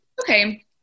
okay